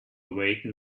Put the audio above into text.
awaken